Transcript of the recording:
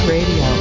Radio